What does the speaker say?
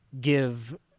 give